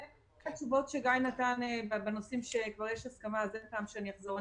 לגבי התשובות שגיא נתן על הנושאים שכבר יש בהם הסכמה אין טעם שאחזור.